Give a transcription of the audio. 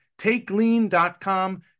TakeLean.com